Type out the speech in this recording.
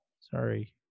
sorry